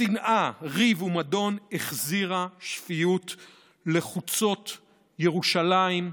שנאה, ריב ומדון, החזירה שפיות לחוצות ירושלים,